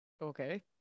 Okay